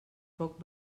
poc